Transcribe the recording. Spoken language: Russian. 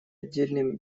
отдельным